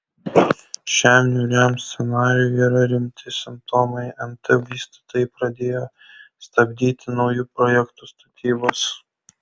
šiam niūriam scenarijui yra rimti simptomai nt vystytojai pradėjo stabdyti naujų projektų statybas